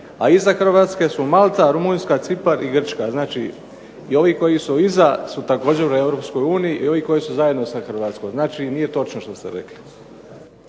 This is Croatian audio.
A iza Hrvatske su Malta, Rumunjska, Cipar i Grčka. Znači, i ovi koji su iza su također u EU i ovi koji su zajedno sa Hrvatskom. Znači, nije točno što ste rekli.